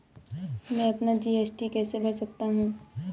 मैं अपना जी.एस.टी कैसे भर सकता हूँ?